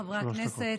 חבריי חברי הכנסת,